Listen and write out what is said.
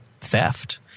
theft